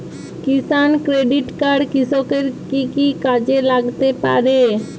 কিষান credit card কৃষকের কি কি কাজে লাগতে পারে?